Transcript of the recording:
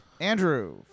Andrew